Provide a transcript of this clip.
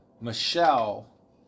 Michelle